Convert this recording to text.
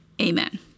Amen